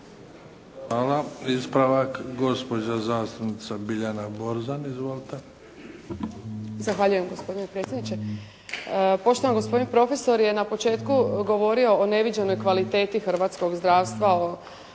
Hvala. Ispravak gospođa zastupnica Biljana Borzan. Izvolite. **Borzan, Biljana (SDP)** Zahvaljujem gospodine predsjedniče. Poštovani gospodin profesor je govorio o neviđenoj kvaliteti hrvatskog zdravstva.